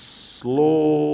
slow